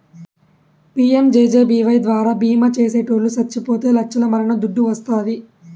PMJJBY ద్వారా బీమా చేసిటోట్లు సచ్చిపోతే లచ్చల మరణ దుడ్డు వస్తాది